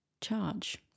Charge